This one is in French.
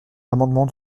l’amendement